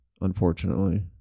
unfortunately